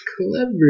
Clever